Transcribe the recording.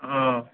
ꯎꯝ